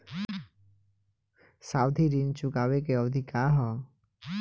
सावधि ऋण चुकावे के अवधि का ह?